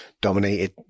dominated